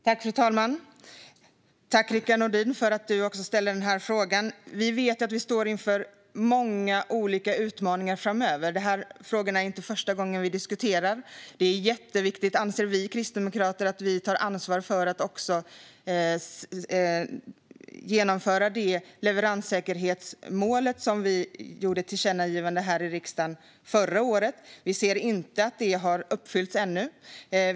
Fru talman! Tack, Rickard Nordin, för frågan! Det är inte första gången vi diskuterar de här frågorna. Vi vet att vi står inför många olika utmaningar framöver, och vi kristdemokrater anser att det är jätteviktigt att vi tar ansvar också för att genomföra det leveranssäkerhetsmål som vi gjorde ett tillkännagivande om här i riksdagen förra året. Vi ser inte att det har uppfyllts ännu.